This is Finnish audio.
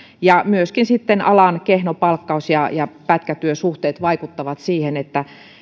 myöskin sitten alan kehno palkkaus ja ja pätkätyösuhteet vaikuttavat siihen että